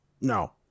No